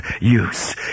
use